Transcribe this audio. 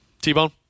T-Bone